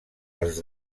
els